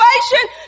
situation